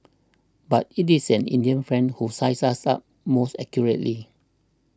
but it is an Indian friend who sized us up most accurately